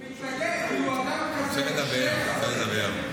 הוא מתנגד כי הוא אדם כזה שלעך.